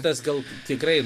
tas gal tikrai